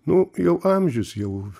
nu jau amžius jau